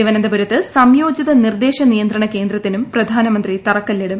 തിരവനന്തപുരത്ത് സംയോജിത നിർദ്ദേശ നിയന്ത്രണ കേന്ദ്രത്തിനും പ്രധാനമന്ത്രി തറക്കല്ലിടും